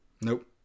Nope